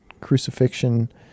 crucifixion